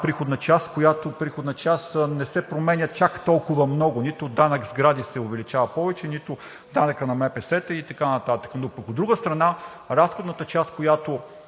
приходна част, която не се променя чак толкова много – нито данък сгради се увеличава повече, нито данъкът на МПС-та и така нататък. Но от друга страна, разходната част или